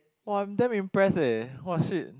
!wah! I'm damn impressed eh !wah shit!